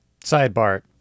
sidebar